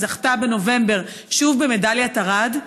בנובמבר היא זכתה שוב במדליית ארד.